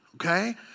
okay